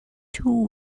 two